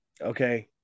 Okay